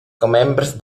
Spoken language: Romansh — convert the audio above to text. commembers